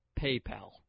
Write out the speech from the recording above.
PayPal